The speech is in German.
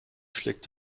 schlägt